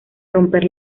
romper